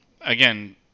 again